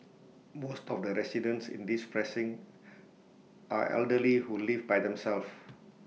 most of the residents in this precinct are elderly who live by themselves